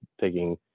taking